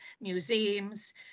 museums